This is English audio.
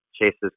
Chase's